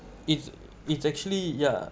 it's it's actually yeah